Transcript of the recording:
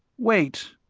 wait.